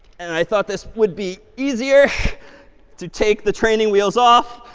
and i thought this would be easier to take the training wheels off,